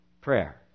prayer